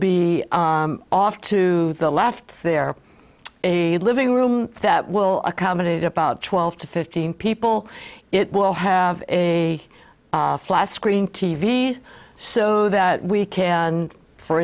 be off to the left there a living room that will accommodate about twelve to fifteen people it will have a flat screen t v so that we can for